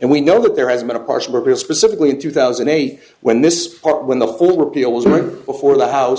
and we know that there has been a partial repeal specifically in two thousand and eight when this when the full repeal was in it before the house